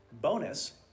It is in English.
Bonus